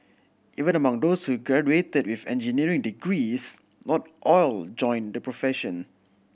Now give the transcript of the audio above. even among those who graduated with engineering degrees not all joined the profession